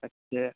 اچھا